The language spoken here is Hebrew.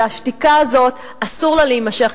והשתיקה הזאת, אסור לה להימשך.